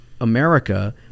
America